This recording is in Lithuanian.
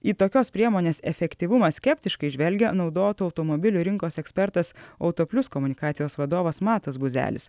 į tokios priemonės efektyvumą skeptiškai žvelgia naudotų automobilių rinkos ekspertas autoplius komunikacijos vadovas matas buzelis